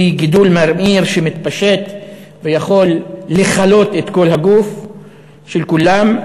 היא גידול ממאיר שמתפשט ויכול לכלות את כל הגוף של כולם.